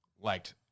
liked